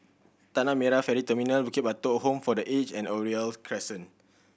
Tanah Merah Ferry Terminal Bukit Batok Home for The Aged and Oriole Crescent